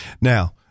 Now